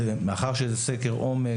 מאחר וזהו סקר עומק,